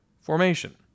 formation